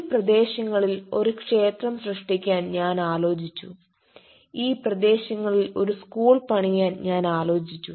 ഈ പ്രദേശങ്ങളിൽ ഒരു ക്ഷേത്രം സൃഷ്ടിക്കാൻ ഞാൻ ആലോചിച്ചു ഈ പ്രദേശങ്ങളിൽ ഒരു സ്കൂൾ പണിയാൻ ഞാൻ ആലോചിച്ചു